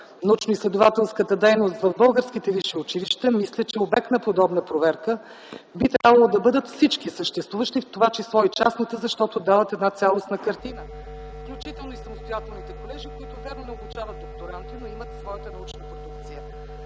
научноизследователската дейност в българските висши училища, мисля, че обект на подобна проверка би трябвало да бъдат всички съществуващи, в това число и частните, защото дават една цялостна картина, включително и самостоятелните колежи, които, вярно, не обучават докторанти, но имат своята научна продукция.